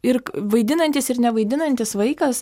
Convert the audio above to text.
ir vaidinantis ir nevaidinantis vaikas